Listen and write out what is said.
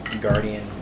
Guardian